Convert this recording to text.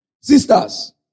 Sisters